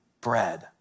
bread